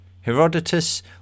Herodotus